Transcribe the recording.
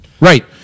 right